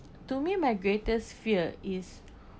to me my greatest fear is